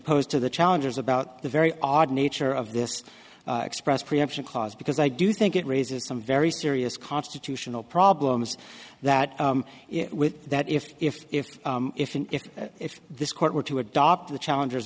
posed to the challengers about the very odd nature of this express preemption clause because i do think it raises some very serious constitutional problems that with that if if if if if if this court were to adopt the challenge